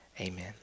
amen